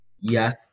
Yes